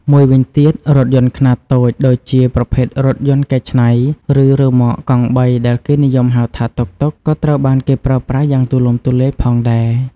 មួយវិញទៀត រថយន្តខ្នាតតូច ដូចជាប្រភេទរថយន្តកែច្នៃ ឬរ៉ឺម៉កកង់បីដែលគេនិយមហៅថា តុកតុក ក៏ត្រូវបានគេប្រើប្រាស់យ៉ាងទូលំទូលាយផងដែរ។